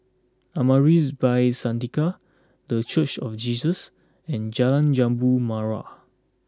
Amaris By Santika the Church of Jesus and Jalan Jambu Mawar